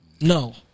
No